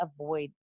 avoid